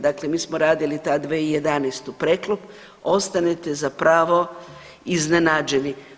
Dakle, mi smo radili tad 2011. preklop, ostanete zapravo iznenađeni.